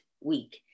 week